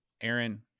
aaron